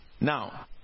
Now